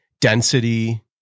Density